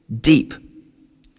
deep